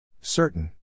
Certain